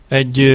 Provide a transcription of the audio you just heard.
egy